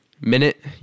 minute